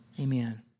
Amen